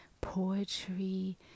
poetry